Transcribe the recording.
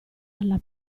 alla